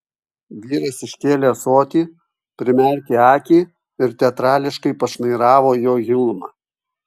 vyras iškėlė ąsotį primerkė akį ir teatrališkai pašnairavo į jo gilumą